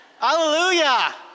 Hallelujah